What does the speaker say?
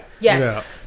Yes